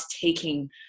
taking